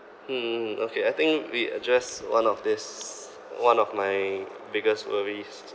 hmm okay I think we addressed one of this one of my biggest worries